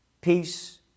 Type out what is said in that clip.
Peace